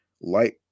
light